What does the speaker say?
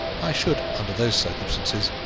i should, under those circumstances,